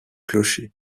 clocher